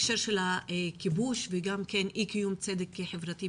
מההקשר של הכיבוש וגם כן אי קיום צדק חברתי.